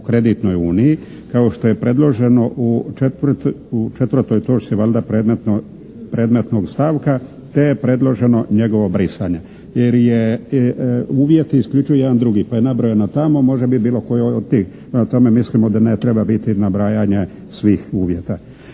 u kreditnoj uniji kao što je predloženo u 4. točci valjda predmetnog stavka te je predloženo njegovo brisanje jer je uvjet isključivo jedan drugi, pa je nabrojano tamo može biti bilo koji od tih. Prema tome, mislimo da ne treba biti nabrajanje svih uvjeta.